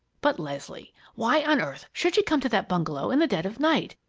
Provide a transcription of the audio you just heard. but leslie, why on earth should she come to that bungalow in the dead of night,